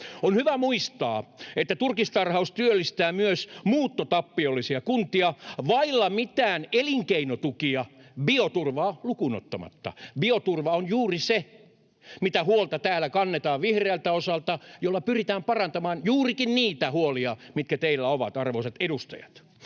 On hyvä muistaa, että turkistarhaus työllistää myös muuttotappiollisia kuntia vailla mitään elinkeinotukia bioturvaa lukuun ottamatta. Bioturva on juuri se, mitä huolta täällä kannetaan vihreältä osalta, mutta jolla pyritään parantamaan juurikin niitä huolia, mitä teillä on, arvoisat edustajat.